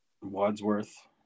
Wadsworth